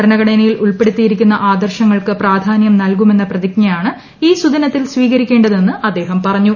ഭരണഘടനയിൽ ഉൾപ്പെടുത്തിയിരിക്കുന്ന ആദർശങ്ങൾക്ക് പ്രാധാനൃം നൽകുമെന്ന പ്രതിജ്ഞയാണ് ഈ ശുഭ ദിനത്തിൽ സ്വീകരിക്കേണ്ടതെന്ന് അദ്ദേഹം പറഞ്ഞു